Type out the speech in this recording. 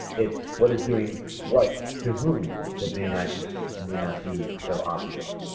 it's what is doing what to whom that may not i mean not be so obvious.